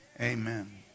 amen